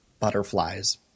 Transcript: butterflies